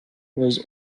was